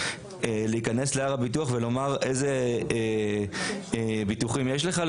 להיכנס להר הביטוח ולומר איזה ביטוחים יש לך,